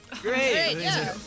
Great